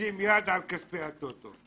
לשים יד על כספי הטוטו.